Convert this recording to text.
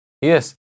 Yes